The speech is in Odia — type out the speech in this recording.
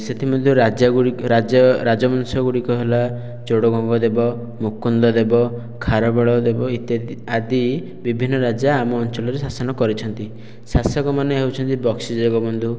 ସେଥି ମଧ୍ୟରୁ ରାଜା ଗୁଡ଼ିକ ରାଜ ରାଜବଂଶ ଗୁଡ଼ିକ ହେଲା ଚୋଡ଼ଗଙ୍ଗ ଦେବ ମୁକୁନ୍ଦ ଦେବ ଖାରବେଳ ଦେବ ଇତ୍ୟାଦି ଆଦି ବିଭିନ୍ନ ରାଜା ଆମ ଅଞ୍ଚଳରେ ଶାସନ କରିଛନ୍ତି ଶାସକମାନେ ହେଉଛନ୍ତି ବକ୍ସି ଜଗବନ୍ଧୁ